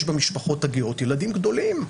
יש במשפחות הגאות ילדים גדולים,